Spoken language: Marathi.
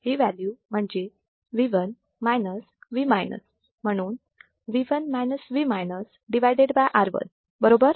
ही व्हॅल्यू म्हणजेच V1 V म्हणून V1 - V R1 बरोबर